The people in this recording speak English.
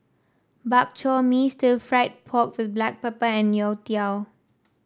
Bak Chor Mee Stir Fried Pork with Black Pepper and youtiao